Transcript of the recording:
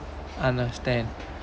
understand